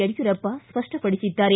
ಯಡಿಯೂರಪ್ಪ ಸ್ಪಷ್ಟಪಡಿಸಿದ್ದಾರೆ